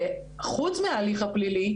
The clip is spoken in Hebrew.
חוץ מההליך הפלילי,